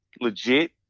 legit